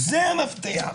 זה המפתח.